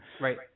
Right